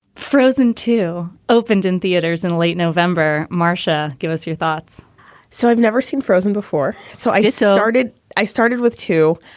frozen to opened in theaters in late november. marcia, give us your thoughts so i've never seen frozen before, so i just so started i started with two.